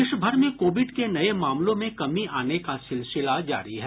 देश भर में कोविड के नये मामलों में कमी आने का सिलसिला जारी है